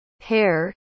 hair